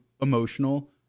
emotional